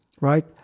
right